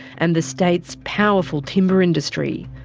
and the state's powerful timber industry.